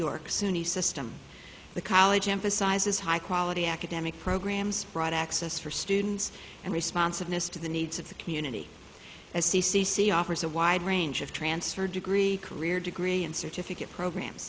york suny system the college emphasizes high quality academic programs brought access for students and responsiveness to the needs of the community as c c c offers a wide range of transfer degree career degree and certificate program